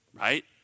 right